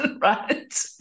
right